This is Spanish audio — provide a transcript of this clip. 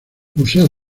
usada